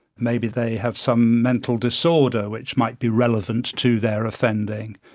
maybe they have some mental disorder which might be relevant to their offending.